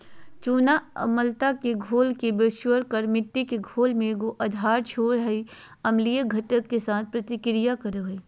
चूना अम्लता के घोल के बेअसर कर के मिट्टी के घोल में एगो आधार छोड़ हइ जे अम्लीय घटक, के साथ प्रतिक्रिया करो हइ